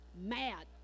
mad